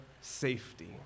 safety